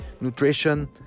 nutrition